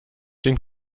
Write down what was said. den